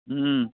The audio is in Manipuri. ꯎꯝ